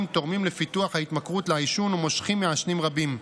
תורמים לפיתוח ההתמכרות לעישון ומושכים מעשנים רבים,